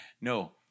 no